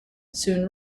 soon